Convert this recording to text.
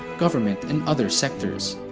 government, and other sectors.